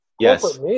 Yes